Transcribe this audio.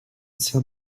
saint